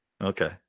Okay